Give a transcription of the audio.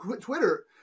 twitter